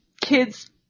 kids